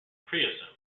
creosote